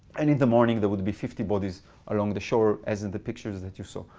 and in the morning there would be fifty bodies along the shore, as in the pictures that you saw.